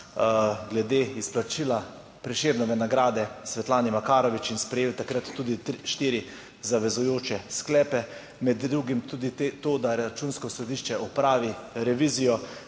glede izplačila Prešernove nagrade Svetlane Makarovič in sprejeli takrat tudi štiri zavezujoče sklepe. Med drugim tudi to, da Računsko sodišče opravi revizijo,